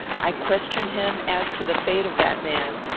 i questioned him as to the fate of that man.